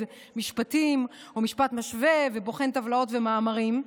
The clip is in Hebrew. משפטים או משפט משווה ובוחן טבלאות ומאמרים.